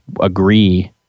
agree